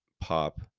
pop